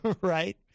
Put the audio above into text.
right